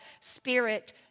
spirit